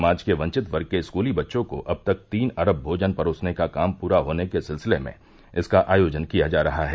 समाज के वंचित वर्ग के स्कूली बच्चों को अब तक तीन अरब भोजन परोसने का काम पूरा होने के सिलसिले में इसका आयोजन किया जा रहा है